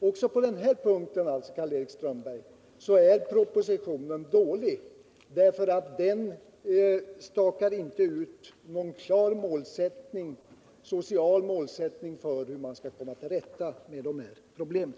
Också på den här punkten, Karl-Erik Strömberg, är propositionen dålig. Den stakar nämligen inte ut någon klar social målsättning för hur man skall komma till rätta med de här problemen.